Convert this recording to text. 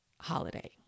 holiday